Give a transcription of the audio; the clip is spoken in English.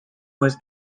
was